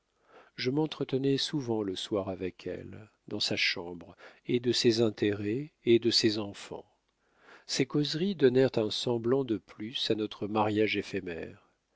je m'entretenais souvent le soir avec elle dans sa chambre et de ses intérêts et de ses enfants ces causeries donnèrent un semblant de plus à notre mariage éphémère